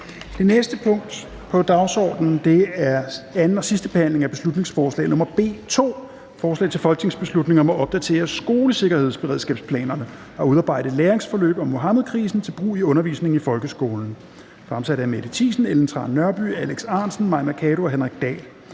Det næste punkt på dagsordenen er: 33) 2. (sidste) behandling af beslutningsforslag nr. B 2: Forslag til folketingsbeslutning om at opdatere skolesikkerhedsberedskabsplanerne og udarbejde læringsforløb om Muhammedkrisen til brug i undervisningen i folkeskolen. Af Mette Thiesen (NB), Ellen Trane Nørby (V), Alex Ahrendtsen (DF), Mai Mercado (KF) og Henrik Dahl